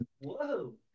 Whoa